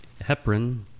Heparin